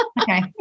Okay